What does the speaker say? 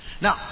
Now